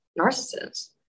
narcissists